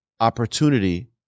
opportunity